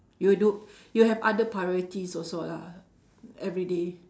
you do you have other priorities also lah everyday